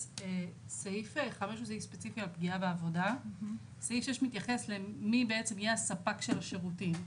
סעיף 6 מתייחס למי בעצם יהיה הספק של השירותים.